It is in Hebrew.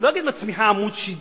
לא יודע אם היא מצמיחה עמוד שדרה,